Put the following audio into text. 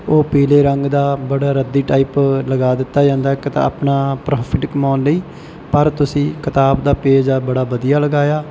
ਉਹ ਪੀਲੇ ਰੰਗ ਦਾ ਬੜਾ ਰੱਦੀ ਟਾਈਪ ਲਗਾ ਦਿੱਤਾ ਜਾਂਦਾ ਇੱਕ ਤਾਂ ਆਪਣਾ ਪ੍ਰੋਫਿਟ ਕਮਾਉਣ ਲਈ ਪਰ ਤੁਸੀਂ ਕਿਤਾਬ ਦਾ ਪੇਜ ਆ ਬੜਾ ਵਧੀਆ ਲਗਾਇਆ